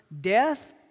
Death